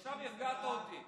עכשיו הרגעת אותי.